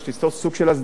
מה קורה עם המזון,